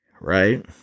Right